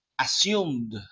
assumed